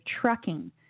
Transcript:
trucking